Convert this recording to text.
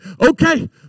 okay